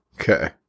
Okay